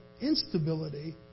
instability